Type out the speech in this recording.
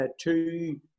two